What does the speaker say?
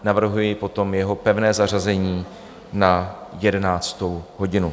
Navrhuji potom jeho pevné zařazení na 11. hodinu.